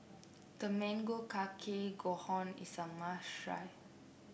Tamago Kake Gohan is a must try